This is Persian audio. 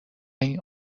این